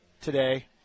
today